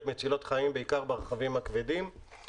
מצילות חיים בעיקר ברכבים הכבדים,